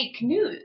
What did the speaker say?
news